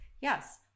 yes